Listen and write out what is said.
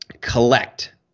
collect